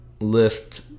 lift